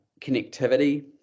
connectivity